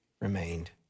remained